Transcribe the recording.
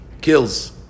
kills